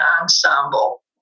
ensemble